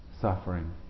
suffering